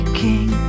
king